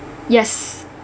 yes